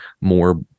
more